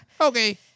Okay